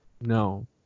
no